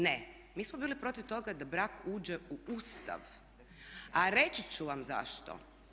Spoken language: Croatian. Ne, mi smo bili protiv toga da brak uđe u Ustav, a reći ću vam zašto.